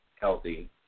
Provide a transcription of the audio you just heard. healthy